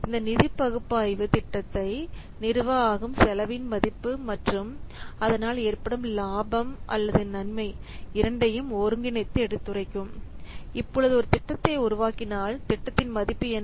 இந்த நிதிபகுப்பாய்வு திட்டத்தை நிறுவ ஆகும் செலவின் மதிப்பு மற்றும் அதனால் ஏற்படும் லாபம் அல்லது நன்மை இரண்டையும் ஒருங்கிணைத்து எடுத்துரைக்கும் இப்பொழுது ஒரு திட்டத்தை உருவாக்கினால் திட்டத்தின் மதிப்பு என்ன